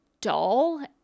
dull